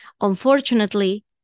Unfortunately